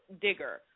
digger